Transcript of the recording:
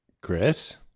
chris